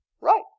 Right